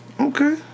Okay